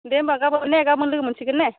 दे होमबा गाबोन ने गाबोन लोगो मोनसिगोन ने